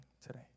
today